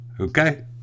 Okay